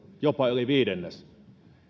jopa yli viidennes